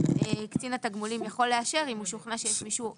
קצין התגמולים יכול לאשר אם הוא שוכנע שיש מישהו אחר,